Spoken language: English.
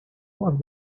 work